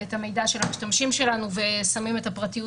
את המידע של המשתמשים שלנו ושמים את הפרטיות